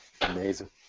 Amazing